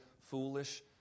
foolish